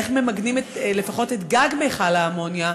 איך ממגנים לפחות את גג מכל האמוניה?